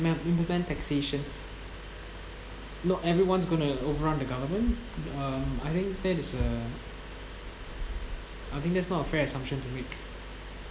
may implement taxation not everyone's going to overrun the government um I think that is uh I think that's not a fair assumption to make